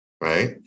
right